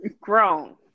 grown